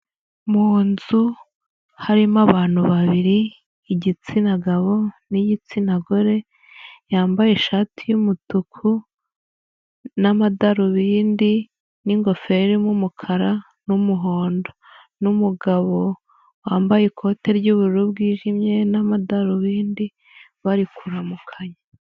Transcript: Mu nzu harimo abantu babiri, igitsina gabo n'igitsina gore yambaye ishati y'umutuku n'amadarubindi, n'ingofero n'umukara, n'umuhondo n'umugabo wambaye ikote ry'ubururu bwijimye, n'amadarubindi bari kuramukanya.